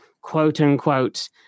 quote-unquote